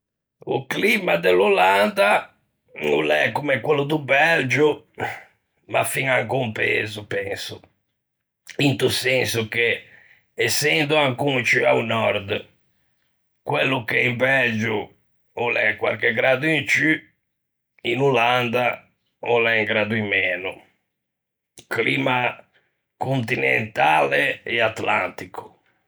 O climma de l'Olanda o l'é comme quello do Belgio, ma fiña ancon pezo, penso, into senso che ësendo ancon ciù à Nòrd, quello che in Belgio o l'é quarche graddo in ciù, in Olanda o l'é un graddo in meno. Climma continentale e atlantico.